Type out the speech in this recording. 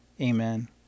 Amen